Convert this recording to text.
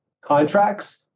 contracts